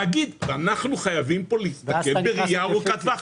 להגיד ואנחנו חייבים פה להסתכן בראיית ארוכת טווח,